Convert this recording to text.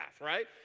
right